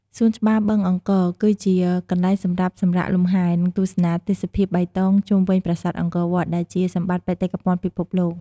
សួនច្បារបឹងអង្គរ ជាកន្លែងសម្រាប់សម្រាកលំហែ និងទស្សនាទេសភាពបៃតងជុំវិញប្រាសាទអង្គរ ដែលជាសម្បត្តិបេតិកភណ្ឌពិភពលោក។